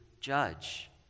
judge